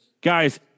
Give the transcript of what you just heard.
guys